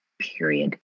period